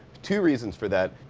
two reasons for that.